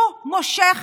הוא מושך